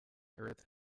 earth